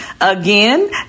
again